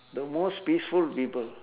the most peaceful people